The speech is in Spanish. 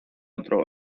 otro